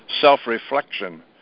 self-reflection